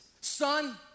Son